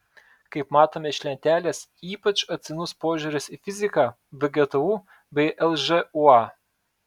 kaip matome iš lentelės ypač atsainus požiūris į fiziką vgtu bei lžūa